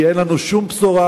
כי אין לנו שום בשורה,